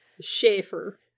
Schaefer